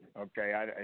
Okay